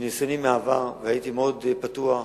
ומניסיוני מהעבר, הייתי מאוד פתוח,